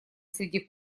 среди